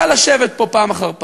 קל לשבת פה פעם אחר פעם,